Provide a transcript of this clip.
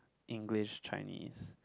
English Chinese